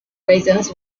reasons